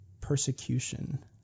persecution